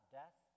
death